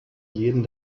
jeden